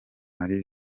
marie